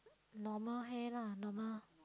normal hair lah normal